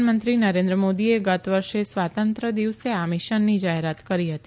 પ્રધાનમંત્રી નરેન્દ્ર મોદીએ ગત વર્ષે સ્વાતંત્ર દિવસે આ મિશનની જાહેરાત કરી હતી